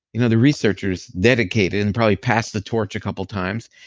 you know the researchers dedicated and probably passed the torch a couple times.